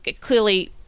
clearly